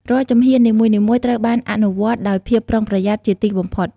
រាល់ជំហាននីមួយៗត្រូវបានអនុវត្តដោយភាពប្រុងប្រយ័ត្នជាទីបំផុត។